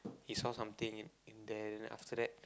he saw something in there then after that